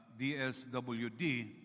DSWD